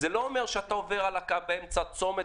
ולא קו שאתה עובר אותו ועומד באמצע הצומת